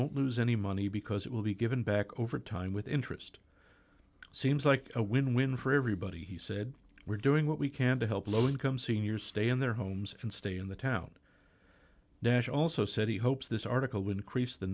won't lose any money because it will be given back over time with interest seems like a win win for everybody he said we're doing what we can to help low income seniors stay in their homes and stay in the town nash also said he hopes this article will increase the